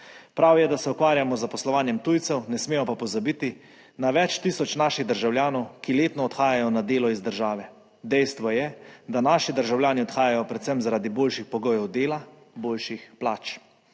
Prav je, da se ukvarjamo z zaposlovanjem tujcev, ne smemo pa pozabiti na več tisoč naših državljanov, ki letno odhajajo na delo iz države. Dejstvo je, da naši državljani odhajajo predvsem zaradi boljših pogojev dela, boljših plač.